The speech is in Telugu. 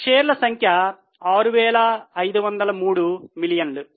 షేర్ల సంఖ్య 6503 మిలియన్లు